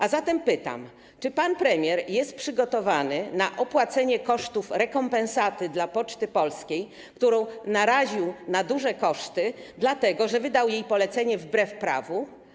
A zatem pytam: Czy pan premier jest przygotowany na opłacenie kosztów rekompensaty dla Poczty Polskiej, którą naraził na duże koszty, dlatego że wydał jej polecenie wbrew prawu?